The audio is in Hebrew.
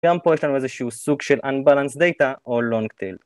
גם פה יש לנו איזשהו סוג של unbalanced data או long tail